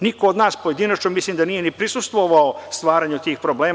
Niko od nas pojedinačno mislim da nije ni prisustvovao stvaranju tih problema.